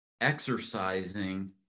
exercising